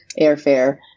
airfare